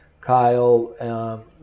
kyle